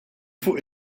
fuq